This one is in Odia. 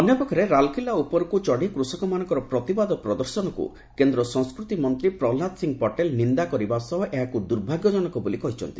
ଅନ୍ୟପକ୍ଷରେ ଲାଲ୍କିଲା ଉପରକୁ ଚଢ଼ି କୃଷକମାନଙ୍କର ପ୍ରତିବାଦ ପ୍ରଦର୍ଶନକୁ କେନ୍ଦ୍ର ସଂସ୍କୃତି ମନ୍ତ୍ରୀ ପ୍ରହଲ୍ଲାଦ ସିଂହ ପଟେଲ ନିନ୍ଦା କରିବା ସହ ଏହାକୁ ଦୁର୍ଭାଗ୍ୟଜନକ ବୋଲି କହିଛନ୍ତି